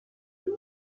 you